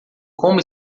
como